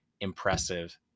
impressive